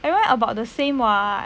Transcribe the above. everyone about the same lah